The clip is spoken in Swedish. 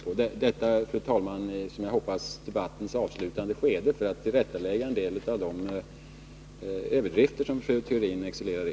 Jag har velat säga detta, fru talman, i vad jag hoppas är debattens avslutande skede för att tillrättalägga en del av de överdrifter som fru Theorin excellerar i.